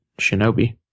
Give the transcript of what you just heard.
Shinobi